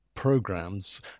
Programs